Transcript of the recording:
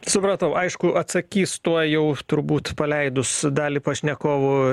supratau aišku atsakys tuo jau turbūt paleidus dalį pašnekovų